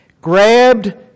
grabbed